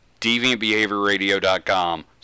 DeviantBehaviorRadio.com